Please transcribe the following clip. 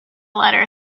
letter